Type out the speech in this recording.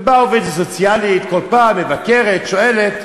ובאה עובדת סוציאלית, כל פעם מבקרת, שואלת,